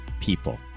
people